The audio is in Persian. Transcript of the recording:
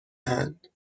اند